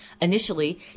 initially